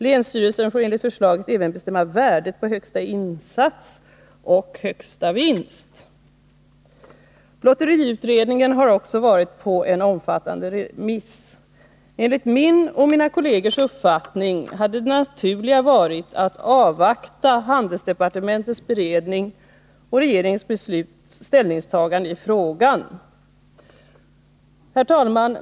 Länsstyrelsen får enligt förslaget även bestämma värdet på högsta insats och högsta vinst.” Lotteriutredningen har också varit på en omfattande remiss. Enligt min och mina kollegers uppfattning hade det naturliga varit att avvakta handelsdepartementets beredning och regeringens ställningstagande i frågan. Herr talman!